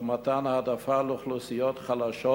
תוך מתן העדפה לאוכלוסיות חלשות,